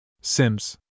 Sims